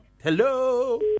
Hello